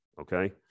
okay